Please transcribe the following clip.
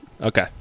Okay